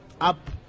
up